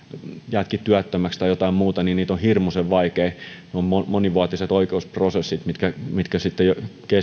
jäätkin työttömäksi tai jotain muuta ne ovat hirmuisen vaikeita ne ovat monivuotiset oikeusprosessit mitkä mitkä sitten kestävät